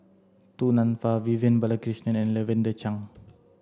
Du Nanfa Vivian Balakrishnan and Lavender Chang